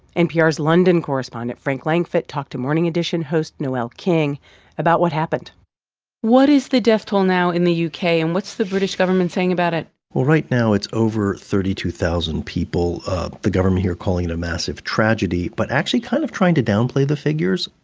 npr's london correspondent frank langfitt talked to morning edition host noel king about what happened what is the death toll now in the u k? and what's the british government saying about it? well, right now, it's over thirty two thousand people the government here calling it a massive tragedy but actually kind of trying to downplay the figures,